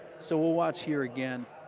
so we'll watch here again.